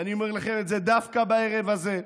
ואני אומר לכם את זה דווקא בערב הזה,